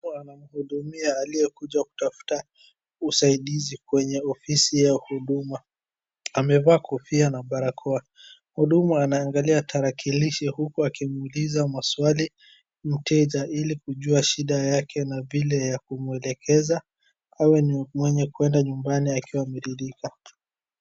Mhudumu anamhudumia aliyekuja kutafuta usaidizi kwenye ofisi ya huduma. Amevaa kofia na barakoa. Mhudumu anaangalia tarakilishi huku akimuuliza maswali mteja ili kujua shida yake na vile ya kumuelekeza, awe ni mwenye kwenda nyumbani akiwa ameridhika.